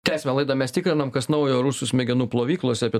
tęsiame laidą mes tikrinam kas naujo rusų smegenų plovyklose apie